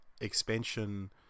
expansion